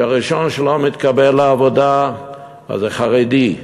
שהראשון שלא מתקבל לעבודה זה חרדי,